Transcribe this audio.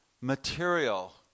material